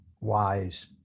wise